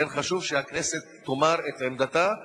לכן חשוב שהכנסת תאמר את עמדתה,